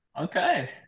okay